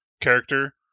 character